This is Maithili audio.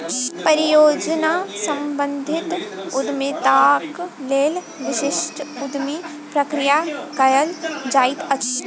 परियोजना सम्बंधित उद्यमिताक लेल विशिष्ट उद्यमी प्रक्रिया कयल जाइत अछि